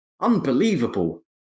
Unbelievable